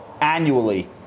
annually